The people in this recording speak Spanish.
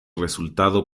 resultado